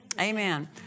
Amen